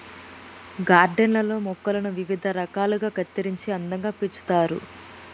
garden లల్లో మొక్కలను వివిధ రకాలుగా కత్తిరించి అందంగా పెంచుతారు